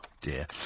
Dear